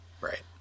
Right